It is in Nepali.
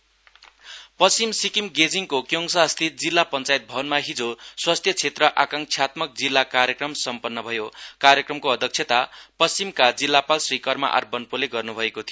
वेस्ट हेल्थ रिभिउ पश्चिम सिक्किम गेजिङको क्योडसास्थित जिल्ला पञ्चायत भवनमा हिजो स्वास्थ्य क्षेत्र आकाङक्षात्मक जिल्ला कार्यक्रम सम्पन्न भयो कार्यक्रमको अध्यक्षता पश्चिमका जिल्लापाल श्री कर्मा आर बोन्पोले गर्न् भएको थियो